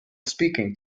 speaking